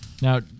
Now